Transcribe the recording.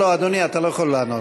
לא, אדוני, אתה לא יכול לענות.